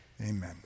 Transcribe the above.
Amen